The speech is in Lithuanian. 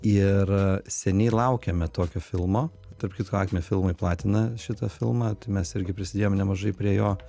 ir seniai laukėme tokio filmo tarp kitko filmai platina šitą filmą tai mes irgi prisidėjom nemažai prie jo